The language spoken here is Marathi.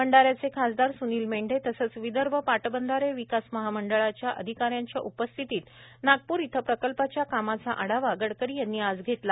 भंडाऱ्याचे खासदार स्नील मेंढे तसेच विदर्भ पाटबंधारे विकास महामंडळाच्या अधिकाऱ्यांच्या उपस्थितीत नागप्र इथ प्रकल्पाच्या कामाचा आढावा गडकरी यांनी आज घेतला